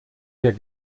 der